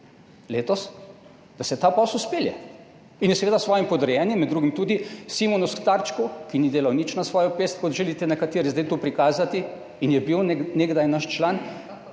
letos, da se ta posel spelje, in je seveda s svojim podrejenim, med drugim tudi Simonu Starčku, ki ni delal nič na svojo pest, kot želite nekateri zdaj to prikazati, in je bil nekdaj naš član,